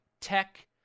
tech